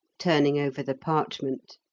turning over the parchment.